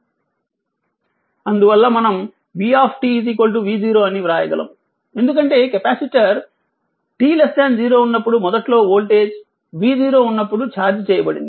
అందువల్ల మనం v v0 అని వ్రాయగలము ఎందుకంటే కెపాసిటర్ t 0 ఉన్నప్పుడు మొదట్లో వోల్టేజ్ v0 ఉన్నప్పుడు చార్జ్ చేయబడింది